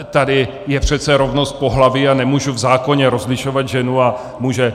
Tady je přece rovnost pohlaví a nemůžu v zákoně rozlišovat ženu a muže.